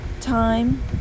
time